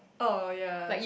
oh ya